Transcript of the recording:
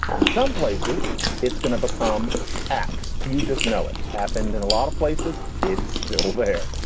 in some places it's going to become x. you just know it happened in a lot of places, it's still there.